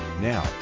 Now